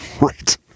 Right